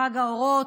מחג האורות,